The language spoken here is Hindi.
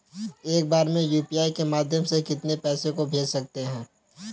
एक बार में यू.पी.आई के माध्यम से कितने पैसे को भेज सकते हैं?